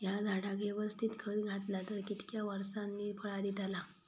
हया झाडाक यवस्तित खत घातला तर कितक्या वरसांनी फळा दीताला?